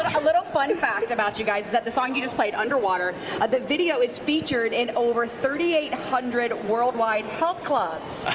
a little fun fact about you guys. that the song you just played under water the video is featured in over three thousand eight hundred worldwide health clubs.